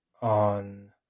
on